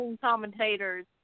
commentators